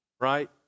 right